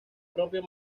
propio